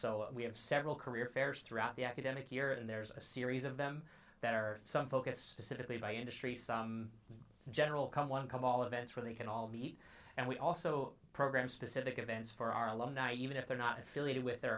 so we have several career fairs throughout the academic year and there's a series of them that are some focus is typically by industry some general come one come all events where they can all meet and we also program specific events for our alumni even if they're not affiliated with their